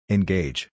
Engage